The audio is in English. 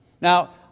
Now